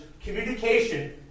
communication